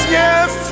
yes